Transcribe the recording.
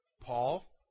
Paul